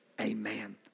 Amen